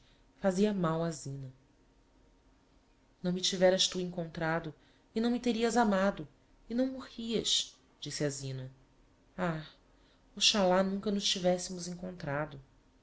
fazia mal á zina não me tiveras tu encontrado e não me terias amado e não morrias disse a zina ah oxalá nunca nos tivessemos encontrado